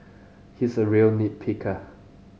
he's a real nit picker